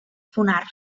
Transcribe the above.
afonar